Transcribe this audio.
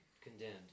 condemned